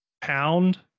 pound